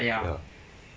ya